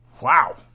Wow